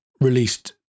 released